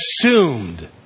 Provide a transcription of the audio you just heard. assumed